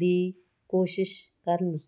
ਦੀ ਕੋਸ਼ਿਸ਼ ਕਰਨ